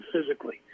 physically